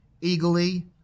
eagerly